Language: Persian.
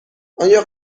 آیا